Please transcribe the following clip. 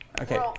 Okay